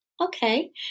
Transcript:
Okay